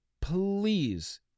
please